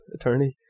attorney